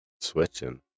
Switching